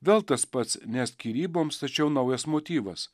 vėl tas pats ne skyryboms tačiau naujas motyvas